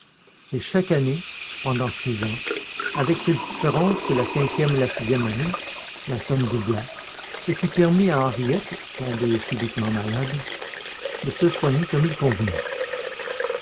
et chaque année pendant six ans avec cette différence que la cinquième et la sixième année la somme doubla ce qui permit à henriette tombée subitement malade de se soigner comme il convenait